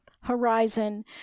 horizon